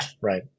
right